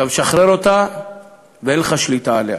אתה משחרר אותה ואין לך שליטה עליה.